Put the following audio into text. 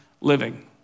living